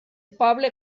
poble